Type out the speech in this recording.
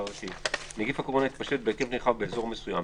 בראשי: "נגיף הקורונה התפשט בהיקף נרחב באזור מסוים",